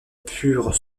purent